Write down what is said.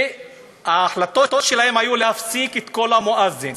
שההחלטות שלהן היו להפסיק את קול המואזין.